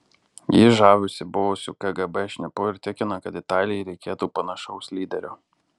ji žavisi buvusiu kgb šnipu ir tikina kad italijai reikėtų panašaus lyderio